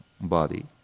body